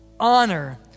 honor